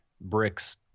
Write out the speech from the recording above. bricks